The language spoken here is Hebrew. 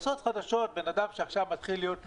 מכסות חדשות אדם שמתחיל עכשיו להיות לולן,